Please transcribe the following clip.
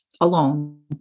alone